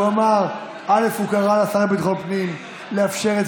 הוא קרא לשר לביטחון פנים לאפשר את